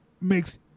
makes